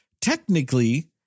technically